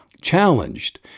challenged